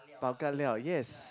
bao-ka-liao yes